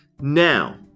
Now